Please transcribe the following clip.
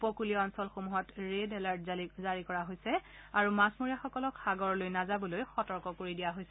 উপকূলীয় অঞ্চলসমূহত red alert জাৰি কৰাৰ লগতে মাছমৰীয়াসকলক সাগৰলৈ নাযাবলৈ সতৰ্ক কৰি দিয়া হৈছে